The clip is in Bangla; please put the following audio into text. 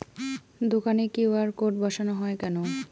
দোকানে কিউ.আর কোড বসানো হয় কেন?